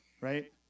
right